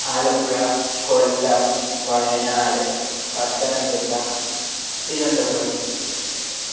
Alappuzha Kollam Wayanad Pathanamthitta Thiruvananthapuram